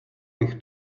bych